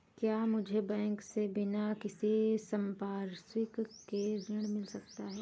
क्या मुझे बैंक से बिना किसी संपार्श्विक के ऋण मिल सकता है?